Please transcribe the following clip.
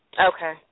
Okay